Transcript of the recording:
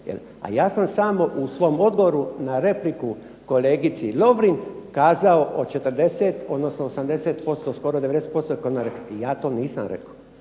A ja sam samo u svom Odboru na repliku kolegici Lovrin kazao o 40, odnosno 80%, skoro 90% koje je ona rekla, ja to nisam rekao.